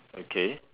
okay